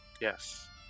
Yes